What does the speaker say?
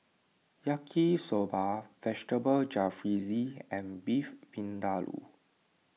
Yaki Soba Vegetable Jalfrezi and Beef Vindaloo